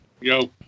Yo